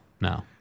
no